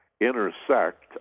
intersect